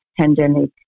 pandemic